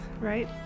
right